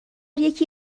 یکی